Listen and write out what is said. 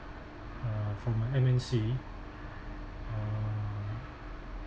uh from an M_N_C uh